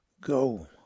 go